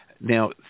Now